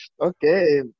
okay